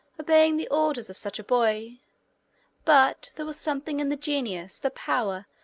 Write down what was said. obeying the orders of such a boy but there was something in the genius, the power,